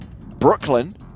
Brooklyn